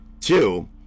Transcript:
two